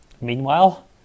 Meanwhile